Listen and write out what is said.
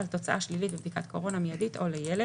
צאה שלילית בבדיקת קורונה שבוצעה בשיטת PCR במהלך 72